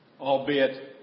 albeit